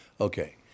Okay